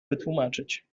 wytłumaczyć